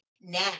now